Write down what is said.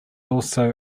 also